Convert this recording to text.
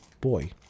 boy